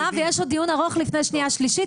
ויש עוד דיון ארוך לפני שנייה שלישית?